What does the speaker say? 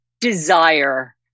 desire